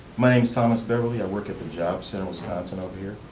my name is thomas beverly, i work at the job center at wisconsin over here.